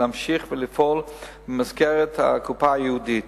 להמשיך ולפעול במסגרת הקופה הייעודית.